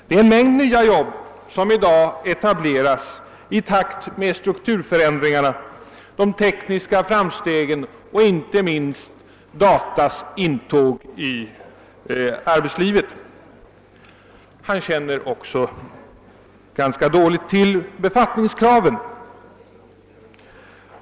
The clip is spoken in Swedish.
Det är en mängd nya jobb som i dag etableras i takt med strukturförändringarna, de tekniska framstegen och inte minst datas intåg i arbetslivet. Han känner också ganska dåligt till befattningskraven.